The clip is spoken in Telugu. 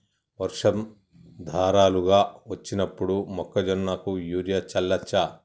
వర్షం ధారలుగా వచ్చినప్పుడు మొక్కజొన్న కు యూరియా చల్లచ్చా?